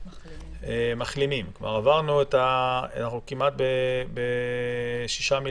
אני מן הלשכה המשפטית במשרד